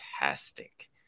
fantastic